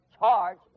charge